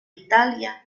italia